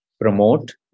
promote